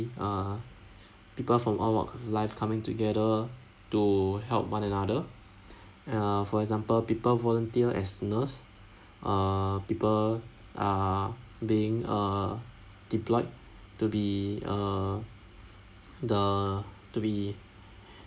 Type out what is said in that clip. uh people from all walks of life coming together to help one another uh for example people volunteer as nurse err people are being uh deployed to be uh the to be